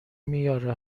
میاره